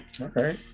Okay